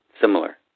similar